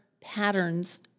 patterns